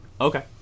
okay